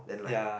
ya